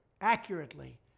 accurately